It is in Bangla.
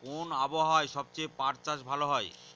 কোন আবহাওয়ায় সবচেয়ে পাট চাষ ভালো হয়?